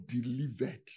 delivered